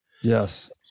Yes